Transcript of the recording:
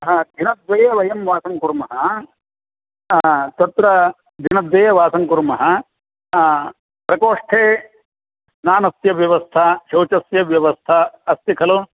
हा द्विनद्वये वयं वासं कुर्मः तत्र दिनद्वये वासं कुर्मः प्रकोष्ठे स्नानस्य व्यवस्था शौचस्य व्यवस्था अस्ति खलु